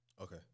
Okay